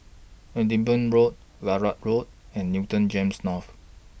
Edinburgh Road Larut Road and Newton Gems North